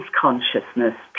consciousness